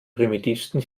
primitivsten